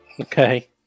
Okay